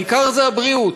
העיקר זה הבריאות,